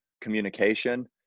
communication